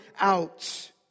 out